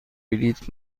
بلیط